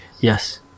Yes